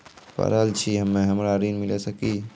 पढल छी हम्मे हमरा ऋण मिल सकई?